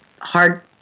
Hard